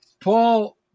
Paul